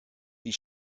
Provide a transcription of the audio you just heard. die